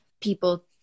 people